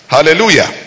Hallelujah